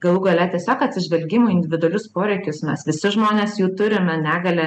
galų gale tiesiog atsižvelgimu į individualius poreikius mes visi žmonės jų turime negalia